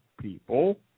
people